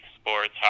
sports